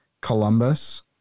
Columbus